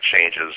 changes